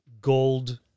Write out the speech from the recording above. gold